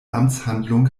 amtshandlung